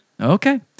Okay